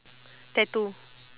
tattoo